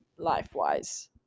life-wise